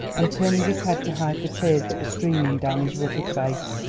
and turning his head to hide the tears that were streaming down his rugged face.